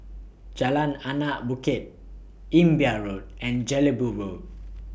Jalan Anak Bukit Imbiah Road and Jelebu Road